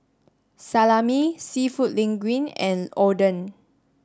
Salami Seafood Linguine and Oden